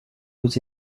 aux